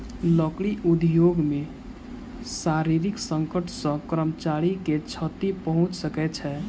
लकड़ी उद्योग मे शारीरिक संकट सॅ कर्मचारी के क्षति पहुंच सकै छै